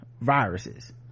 viruses